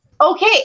Okay